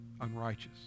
unrighteous